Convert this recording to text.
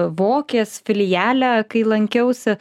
vokės filiale kai lankiausi